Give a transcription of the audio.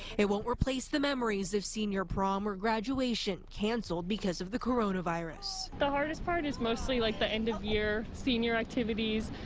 it won't replace the memories of senior prom or graduation, canceled because of the coronavirus. the hardest part is mostly like the end of your senior activities.